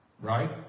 right